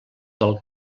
del